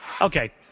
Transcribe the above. Okay